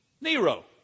Nero